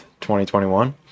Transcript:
2021